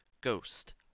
Ghost